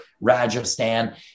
Rajasthan